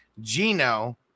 Gino